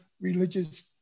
religious